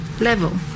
level